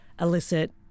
illicit